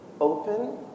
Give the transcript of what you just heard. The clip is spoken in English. open